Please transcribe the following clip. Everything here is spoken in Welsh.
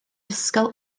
ysgol